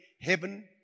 heaven